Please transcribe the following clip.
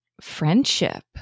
friendship